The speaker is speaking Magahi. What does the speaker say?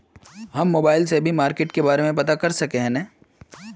हम मोबाईल से भी मार्केट के बारे में पता कर सके है नय?